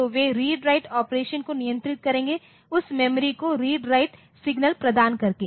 तो वे read write operation को नियंत्रित करेंगे उस मेमोरी को रीड राइट सिग्नल प्रदान करके